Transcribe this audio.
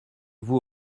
vous